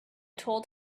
told